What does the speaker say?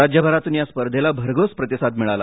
राज्यभरातून या स्पर्धेला भरघोस प्रतिसाद मिळाला